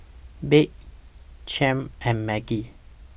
Babe Clem and Maggie